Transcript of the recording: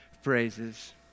phrases